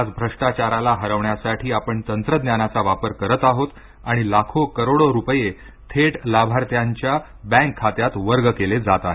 आज भ्रष्टाचाराला हरवण्यासाठी आपण तंत्रज्ञानाचा वापर करत आहोत आणि लाखो करोडो रुपये थेट लाभार्थ्यांच्या बँक खात्यात वर्ग केले जात आहेत